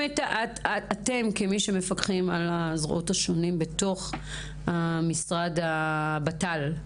כמי שמפקחים על הזרועות השונים בתוך משרד הבט"ל,